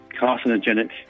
carcinogenic